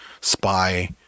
spy